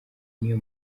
niyo